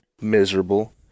miserable